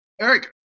Eric